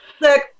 Look